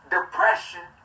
Depression